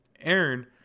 Aaron